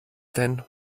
denn